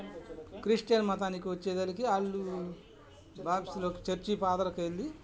Christian మతానికి వచ్చేదలికి వాళ్ళు బాప్స్లో చర్చీ ఫాదర్కకి వెళ్ళి